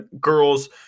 girls